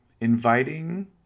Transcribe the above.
inviting